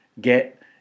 get